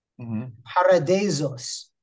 paradisos